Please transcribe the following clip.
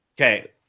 okay